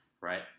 right